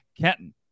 Kenton